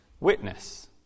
witness